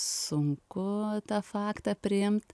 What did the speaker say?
sunku tą faktą priimt